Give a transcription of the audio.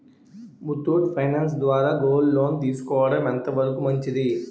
Muthoot finance ద్వారా gold loan తీసుకోవడం ఎంత వరకు మంచిది?